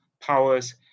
powers